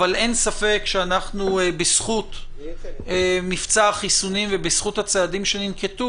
אבל אין ספק שבזכות מבצע החיסונים ובזכות הצעדים שננקטו